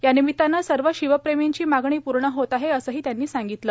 यानिमिताने सर्व शिवप्रेमींची मागणी पूर्ण होत आहे असेही त्यांनी सांगितले